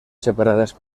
separadas